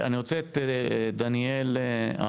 אני רוצה את דניאל אהרון.